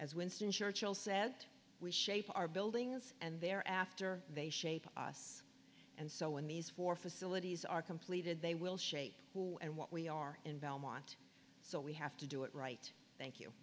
as winston churchill said we shape our buildings and they're after they shape us and so when these four facilities are completed they will shape who and what we are in belmont so we have to do it right thank you